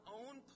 own